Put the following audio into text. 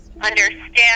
understand